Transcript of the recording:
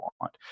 want